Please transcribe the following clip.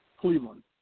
Cleveland